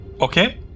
Okay